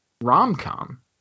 rom-com